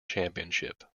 championship